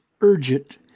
urgent